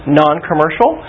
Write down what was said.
non-commercial